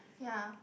ya